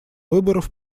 выборов